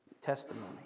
testimony